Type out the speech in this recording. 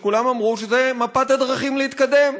וכולם אמרו שזו מפת הדרכים להתקדם.